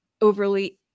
overly